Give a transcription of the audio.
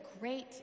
great